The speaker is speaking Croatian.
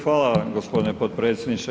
Hvala gospodine potpredsjedniče.